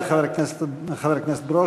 תודה לחבר הכנסת ברושי.